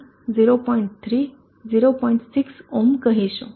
6 ohm કહીશું